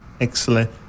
Excellent